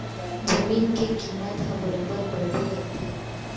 जमीन के कीमत ह बरोबर बड़बे करथे